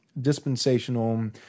dispensational